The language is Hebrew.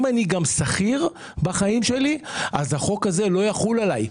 אם אני גם שכיר החוק הזה לא יחול עליי,